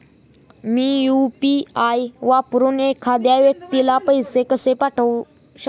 मी UPI वापरून एखाद्या व्यक्तीला पैसे कसे पाठवू शकते?